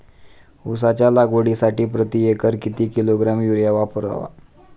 उसाच्या लागवडीसाठी प्रति एकर किती किलोग्रॅम युरिया वापरावा?